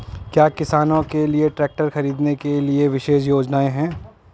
क्या किसानों के लिए ट्रैक्टर खरीदने के लिए विशेष योजनाएं हैं?